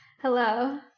Hello